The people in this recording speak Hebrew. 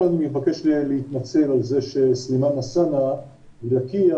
מבקש להתנצל על זה שסלימאן אלסאנע מלקיה